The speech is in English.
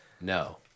No